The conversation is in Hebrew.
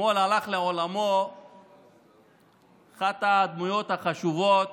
אתמול הלך לעולמו אחת הדמויות החשובות